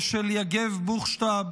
ושל יגב בוכשטב,